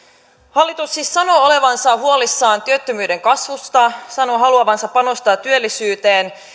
hallitus siis sanoo olevansa huolissaan työttömyyden kasvusta sanoo haluavansa panostaa työllisyyteen